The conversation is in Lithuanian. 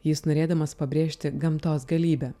jis norėdamas pabrėžti gamtos galybę